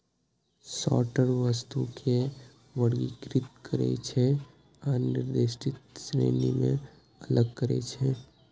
sorter वस्तु कें वर्गीकृत करै छै आ निर्दिष्ट श्रेणी मे अलग करै छै